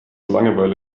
langeweile